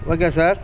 okay sir